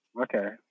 Okay